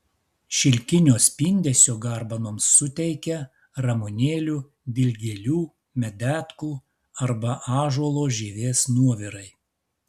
šilkinio spindesio garbanoms suteikia ramunėlių dilgėlių medetkų arba ąžuolo žievės nuovirai